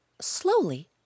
slowly